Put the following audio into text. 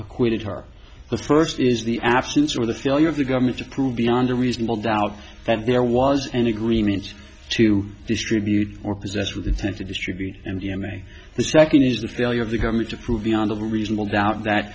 acquitted her the first is the absence or the failure of the government to prove beyond a reasonable doubt that there was an agreement to distribute or possess with intent to distribute and you may the second is the failure of the government to prove beyond a reasonable doubt that